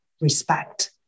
respect